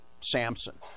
Samson